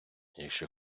якщо